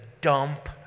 dump